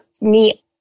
neat